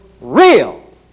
real